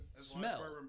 Smell